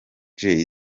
jay